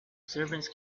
servants